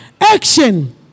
action